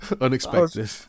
unexpected